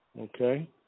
Okay